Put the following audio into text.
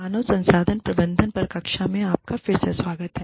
मानव संसाधन प्रबंधन पर कक्षा में आपका फिर से स्वागत है